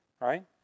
right